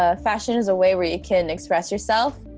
ah fashion is a way where you can express yourself.